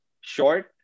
short